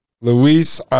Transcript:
Luis